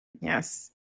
Yes